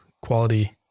quality